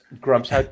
Grumps